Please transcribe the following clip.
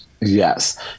Yes